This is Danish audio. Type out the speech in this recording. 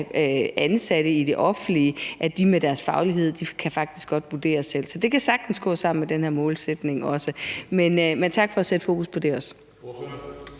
Ansatte i det offentlige kan med deres faglighed faktisk godt selv vurdere det. Så det kan sagtens gå sammen med den her målsætning. Men tak for også at sætte fokus på det.